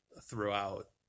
throughout